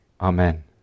Amen